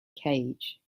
cage